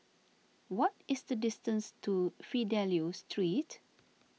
what is the distance to Fidelio Street